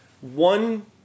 one